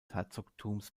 herzogtums